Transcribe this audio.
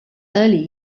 early